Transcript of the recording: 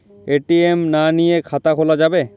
ATM না নিয়ে খাতা খোলা যাবে?